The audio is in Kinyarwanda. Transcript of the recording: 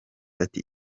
ati